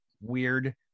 weird